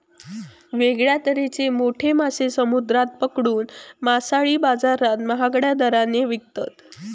वेगळ्या तरेचे मोठे मासे समुद्रात पकडून मासळी बाजारात महागड्या दराने विकतत